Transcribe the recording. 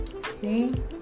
See